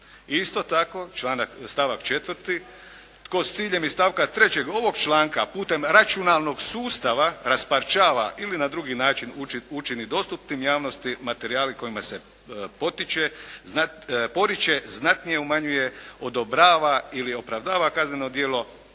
Isto tako stavak 4.: "Tko s ciljem iz stavka 3. ovog članka putem računalnog sustava rasparčava ili na drugi način učini dostupnim javnosti materijale kojima se poriče, znatnije umanjuje, odobrava ili opravdava kazneno djelo",